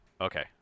Okay